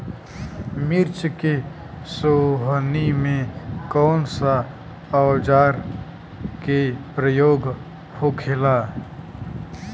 मिर्च के सोहनी में कौन सा औजार के प्रयोग होखेला?